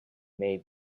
may